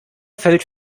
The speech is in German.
fällt